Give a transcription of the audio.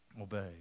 obey